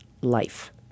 life